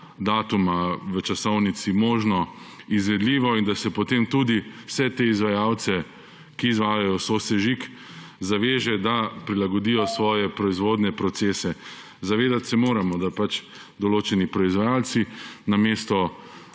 datuma v časovnici možno izvedljivo, in da se potem tudi vse te izvajalce, ki izvajajo sosežig, zaveže, da prilagodijo svoje proizvodnje procese. Zavedati se moramo, da določeni proizvajalci namesto